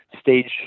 stage